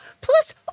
plus